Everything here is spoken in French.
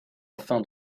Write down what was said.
afin